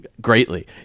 greatly